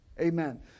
Amen